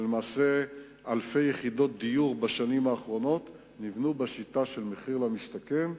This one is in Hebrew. ולמעשה אלפי יחידות דיור גם היום נבנו בשיטה של מחיר למשתכן.